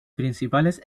principales